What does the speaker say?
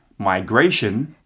migration